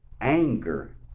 anger